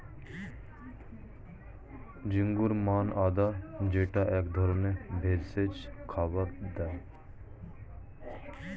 ginger মানে আদা যেইটা এক ধরনের ভেষজ খাবারে দেয়